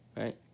right